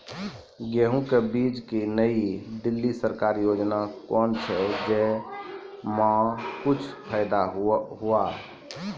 गेहूँ के बीज की नई दिल्ली सरकारी योजना कोन छ जय मां कुछ फायदा हुआ?